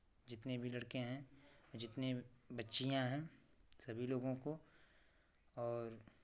जितने भी लड़के हैं जितने बच्चियाँ हैं सभी लोगों को और